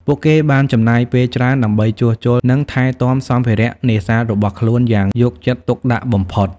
ពួកគេបានចំណាយពេលច្រើនដើម្បីជួសជុល និងថែទាំសម្ភារៈនេសាទរបស់ខ្លួនយ៉ាងយកចិត្តទុកដាក់បំផុត។